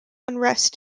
unrest